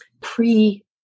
pre